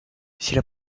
sylla